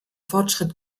fortschritt